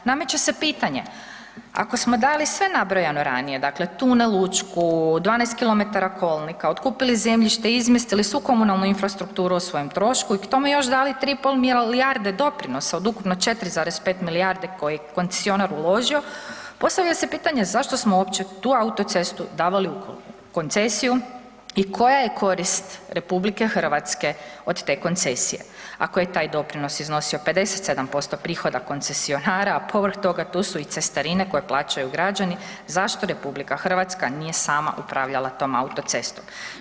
Nameće se pitanje, ako smo dali sve nabrojeno ranije, dakle tunel Učku, 12 km kolnika, otkupili zemljište, izmjestili svu komunalnu infrastrukturu o svojem trošku i k tome još dali 3,5 milijarde doprinosa od ukupno 4,5 milijarde koje je koncesionar uložio, postavlja se pitanje zašto smo uopće tu autocestu davali u koncesiju i koja je korist RH od te koncesije ako je taj doprinos iznosio 57% prohoda koncesionara a povrh toga tu su i cestarine koje plaćaju građani, zašto RH nije sama upravljala tom autocestom?